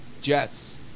Jets